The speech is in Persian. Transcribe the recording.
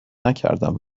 نکردم